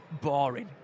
boring